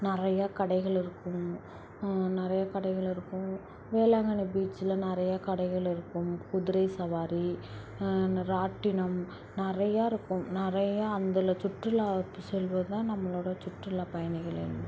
நிறையா கடைகள் இருக்கும் நிறையா கடைகள் இருக்கும் வேளாங்கண்ணி பீச்சில் நிறையா கடைகள் இருக்கும் குதிரை சவாரி ராட்டினம் நிறையா இருக்கும் நிறையா அந்த சுற்றுலாக்கு செல்வதுதான் நம்மளோட சுற்றுலா பயணிகளின்